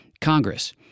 Congress